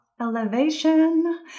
elevation